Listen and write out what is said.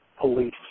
police